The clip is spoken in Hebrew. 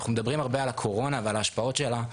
אנחנו מדברים הרבה על הקורונה ועל ההשפעות שלה,